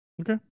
okay